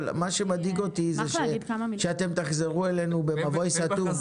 אבל מה שמדאיג אותי הוא שאתם תחזרו אלינו במבוי סתום.